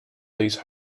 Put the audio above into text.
these